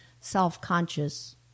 self-conscious